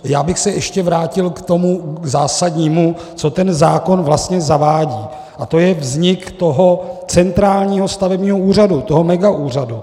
Já bych se ještě vrátil k tomu zásadnímu, co ten zákon vlastně zavádí, a to je vznik toho centrálního stavebního úřadu, toho megaúřadu.